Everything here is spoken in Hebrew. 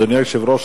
אדוני היושב-ראש,